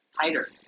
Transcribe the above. tighter